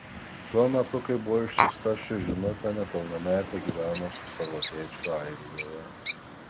tuo metu kai buvo išsiųsta ši žinutė nepilnametė gyveno su savo tėčiu airijoje